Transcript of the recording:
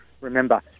remember